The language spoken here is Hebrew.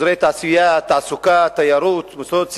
אזורי תעשייה, תעסוקה, תיירות, מוסדות ציבור,